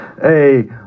hey